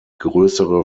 größere